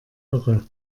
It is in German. irre